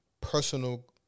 personal